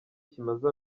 kimaze